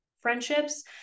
friendships